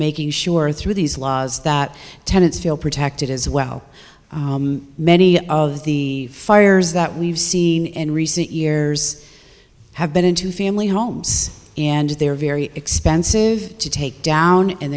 making sure through these laws that tenants feel protected as well many of the fires that we've seen in recent years have been into family homes and they're very expensive to take down and